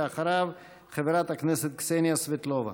אחריו, חברת הכנסת קסניה סבטלובה.